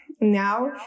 Now